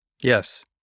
Yes